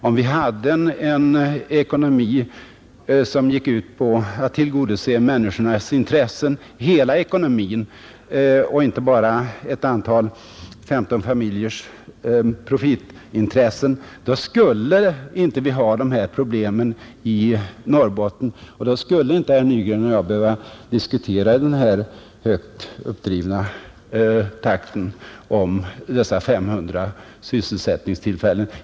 Om vi hade en ekonomi som i sin helhet gick ut på att tillgodose människornas intressen och inte bara 15 familjers profitintressen skulle vi inte ha dessa problem i Norrbotten, och då skulle inte herr Nygren och jag behöva diskutera dessa 500 sysselsättningstillfällen.